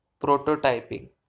prototyping